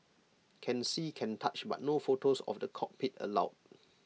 can see can touch but no photos of the cockpit allowed